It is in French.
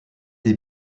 des